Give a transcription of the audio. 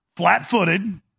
flat-footed